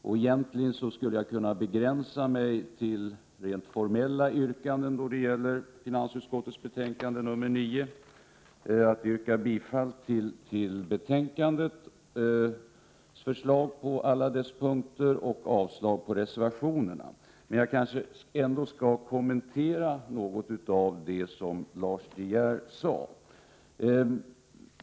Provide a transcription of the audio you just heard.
Jag skulle egentligen kunna begränsa mig till att rent formellt yrka bifall till förslagen i finansutskottets betänkande 9 på alla dess punkter och avslag på reservationerna. Men jag vill ändå kommentera något av det som Lars De Geer sade.